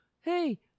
Hey